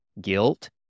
Guilt